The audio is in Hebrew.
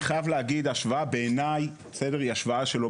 אני חייב להגיד שההשוואה בעיניי לא במקומה,